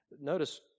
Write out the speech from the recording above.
Notice